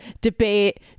debate